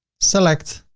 select,